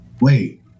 Wait